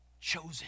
chosen